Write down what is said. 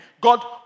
God